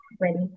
ready